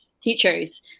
teachers